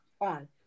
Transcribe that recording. on